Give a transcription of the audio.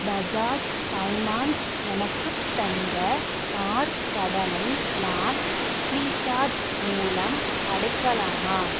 Bajaj finance எனக்குத் தந்த car கடனை நான் ஃப்ரீ சார்ஜ் மூலம் அடைக்கலாமா